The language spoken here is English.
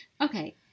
okay